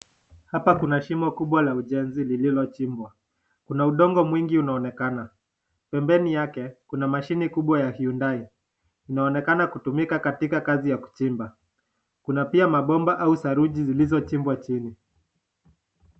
Hapa kuna shimo kubwa la ujenzi lililochimbwa. Kuna udongo mwingi unaonekana. Pembeni yake kuna mashine kubwa ya Hyundai. Inaonekana kutumika katika kazi ya kuchimba. Kuna pia mabomba au saruji zilizochimbwa chini.